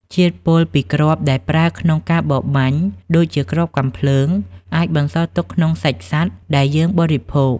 ជាតិពុលពីគ្រាប់ដែលប្រើក្នុងការបរបាញ់ ដូចជាគ្រាប់កាំភ្លើង អាចបន្សល់ក្នុងសាច់សត្វដែលយើងបរិភោគ។